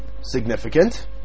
significant